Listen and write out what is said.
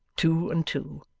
two and two,